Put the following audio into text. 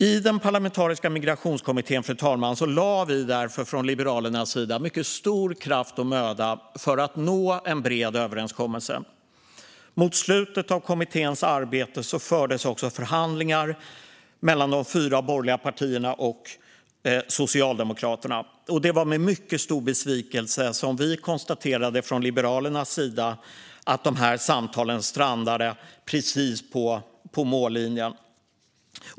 I den parlamentariska migrationskommittén, fru talman, lade Liberalerna därför mycket stor kraft och möda på att nå en bred överenskommelse. Mot slutet av kommitténs arbete fördes förhandlingar mellan de fyra borgerliga partierna och Socialdemokraterna. Det var med mycket stor besvikelse som Liberalerna konstaterade att samtalen strandade precis på mållinjen.